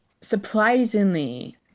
surprisingly